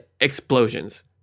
explosions